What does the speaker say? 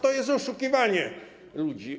To jest oszukiwanie ludzi.